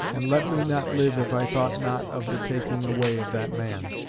and let me not live if i thought not of the taking away of that man.